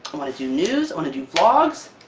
want to do news, i want to do vlogs.